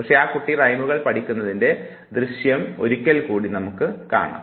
പക്ഷെ ആ കുട്ടി റൈമുകൾ പഠിക്കുന്നത്തിൻറെ ദൃശ്യം ഒരിക്കൽ കൂടെ നമുക്ക് കാണാം